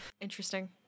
Interesting